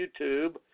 YouTube